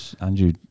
Andrew